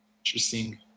interesting